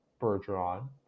Bergeron